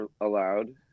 allowed